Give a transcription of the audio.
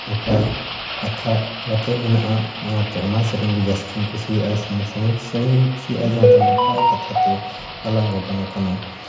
ᱱᱟᱯᱟᱭ ᱠᱟᱛᱷᱟ ᱚᱱᱟᱛᱮ ᱢᱮᱱᱟᱜᱼᱟ ᱚᱱᱟᱛᱮ ᱚᱱᱟ ᱥᱮᱨᱮᱧ ᱜᱮ ᱡᱟᱹᱥᱛᱤᱧ ᱠᱩᱥᱤᱭᱟᱜᱼᱟ ᱥᱚᱢᱚ ᱥᱟᱢᱚᱭᱤᱠ ᱥᱮᱨᱮᱧ ᱦᱚᱸᱧ ᱠᱩᱥᱤᱭᱟᱜᱼᱟ ᱢᱮᱱᱠᱷᱟᱱ ᱱᱟᱯᱟᱭ ᱠᱟᱛᱷᱟᱛᱮ ᱜᱟᱞᱟᱝ ᱜᱟᱵᱟᱱ ᱠᱟᱱᱟ